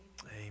amen